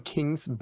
Kings